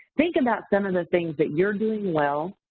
think about some of the things that you're doing well,